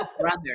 Brother